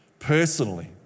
Personally